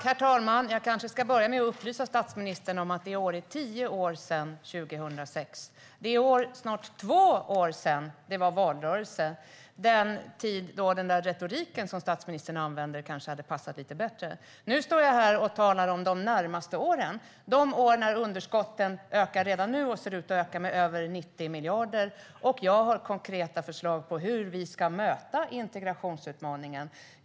Herr talman! Jag kanske ska börja med att upplysa statsministern om att det i år är tio år sedan 2006. Det är också snart två år sedan det senast var valrörelse, den tid då den retorik som statsministern använder kanske hade passat lite bättre. Nu står jag här och talar om de närmaste åren. Underskotten ökar redan nu och ser ut att öka med över 90 miljarder. Jag har konkreta förslag på hur vi ska möta integrationsutmaningen.